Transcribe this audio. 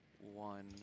one